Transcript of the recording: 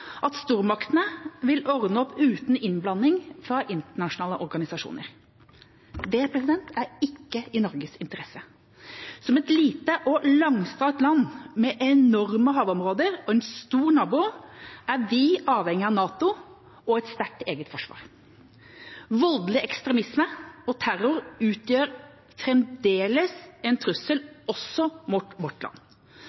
at stormaktene vil ordne opp uten innblanding fra internasjonale organisasjoner. Det er ikke i Norges interesse. Som et lite og langstrakt land med enorme havområder og en stor nabo er vi helt avhengig av NATO og et sterkt eget forsvar. Voldelig ekstremisme og terror utgjør fremdeles en trussel